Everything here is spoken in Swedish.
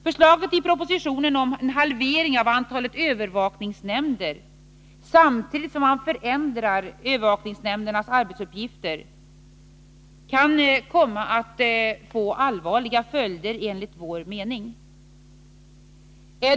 Förslaget i propositionen om halvering av antalet övervakningsnämnder, samtidigt som man förändrar övervakningsnämndernas arbetsuppgifter, kan enligt vår mening komma att få allvarliga följder.